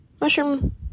mushroom